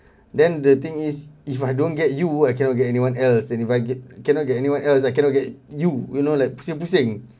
then the thing is if I don't get you I cannot get anyone else in if I cannot get anyone else I cannot get you you know like pusing-pusing